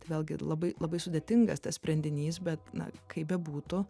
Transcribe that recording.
tai vėlgi labai labai sudėtingas tas sprendinys bet na kaip bebūtų